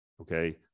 Okay